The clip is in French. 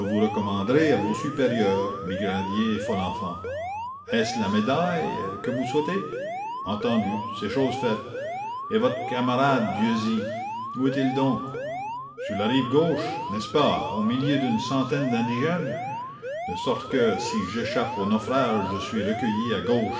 recommanderai à vos supérieurs brigadier folenfant et votre camarade dieuzy où est-il donc sur la rive gauche n'est-ce pas au milieu d'une centaine d'indigènes de sorte que si j'échappe au naufrage je suis recueilli à gauche